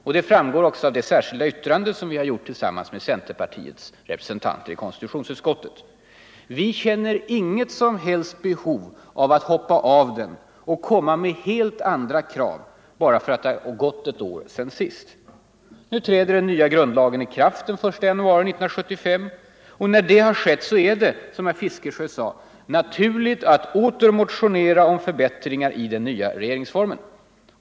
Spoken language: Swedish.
Detta framgår också av det särskilda yttrande som vi har avgivit tillsammans med centerpartiets representanter i konstitutionsutskottet. Vi känner inget som helst behov av att hoppa av reservationen och komma med helt andra krav bara för att det har gått ett år sedan sist. Nu träder den nya grundlagen i kraft den 1 januari 1975. När det har skett är det, som herr Fiskesjö sade, naturligt att åter motionera om förbättringar i den nya regeringsformen.